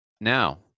now